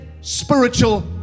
spiritual